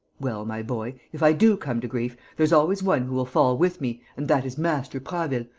well, my boy, if i do come to grief, there's always one who will fall with me and that is master prasville,